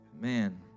Man